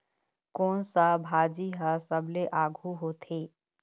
कोन सा भाजी हा सबले आघु होथे?